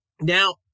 Now